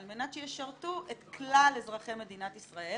שישרתו את כלל אזרחי מדינת ישראל